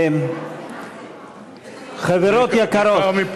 חברות יקרות.